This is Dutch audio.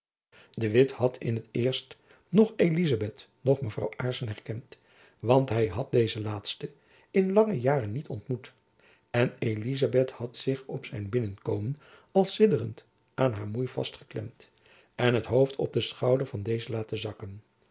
de witt bad in t eerst noch elizabeth noch mevrouw aarssen herkend want hy had deze laatste in lange jaren niet ontmoet en elizabeth had zich op zijn binnenkomen al sidderend aan haar moei vastgeklemd en het hoofd op den schouder van deze laten zakken